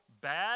bad